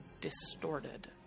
distorted